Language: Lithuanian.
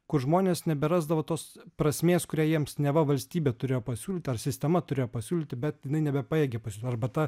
kur žmonės neberasdavo tos prasmės kurią jiems neva valstybė turėjo pasiūlyt ar sistema turėjo pasiūlyti bet jinai nebepajėgė arba ta